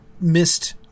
missed